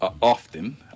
often